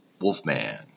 Wolfman